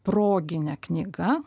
progine knyga